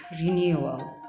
renewal